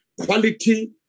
quality